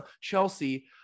Chelsea